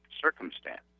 circumstance